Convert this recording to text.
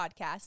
podcast